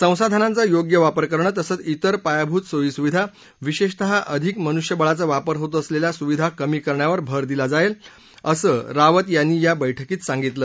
संसाधनाचा योग्य वापर करण तसंच इतर पायाभूत सोयीसुविधा विशेषतः अधिक मनुष्यबळाचा वापर होत असलेल्या सुविधा कमी करण्यावर भर दिला जाईल असं रावत यांनी या बैठकीत सांगितलं